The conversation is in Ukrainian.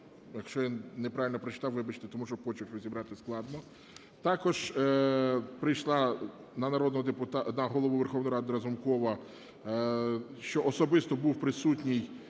якщо я неправильно прочитав, вибачте, тому що почерк розібрати складно. Також прийшла на Голову Верховної Ради Разумкова, що особисто був присутній